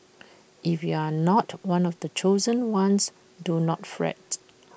if you are not one of the chosen ones do not fret